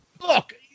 look